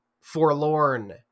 forlorn